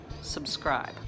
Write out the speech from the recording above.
subscribe